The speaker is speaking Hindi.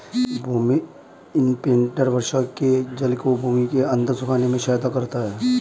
भूमि इम्प्रिन्टर वर्षा के जल को भूमि के अंदर सोखने में सहायता करता है